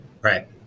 Right